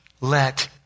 let